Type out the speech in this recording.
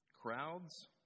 Crowds